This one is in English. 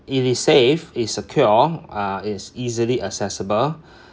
it is safe it's secure uh it's easily accessible